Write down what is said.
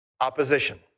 Opposition